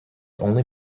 only